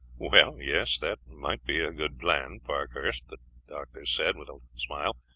well, yes, that might be a good plan, parkhurst, the doctor said with a smile,